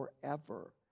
forever